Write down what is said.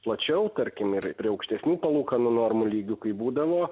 plačiau tarkim ir prie aukštesnių palūkanų normų lygio kai būdavo